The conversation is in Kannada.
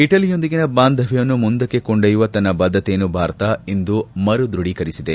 ಇಟಲಿಯೊಂದಿಗಿನ ಬಾಂಧವ್ಯವನ್ನು ಮುಂದಕ್ಕೆ ಕೊಂಡೊಯ್ಯುವ ತನ್ನ ಬದ್ಧತೆಯನ್ನು ಭಾರತ ಇಂದು ಮರುದೃಢೀಕರಿಸಿದೆ